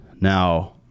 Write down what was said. Now